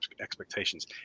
expectations